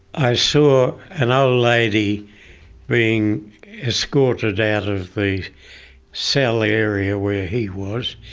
i saw an old lady being escorted out of the cell area where he was.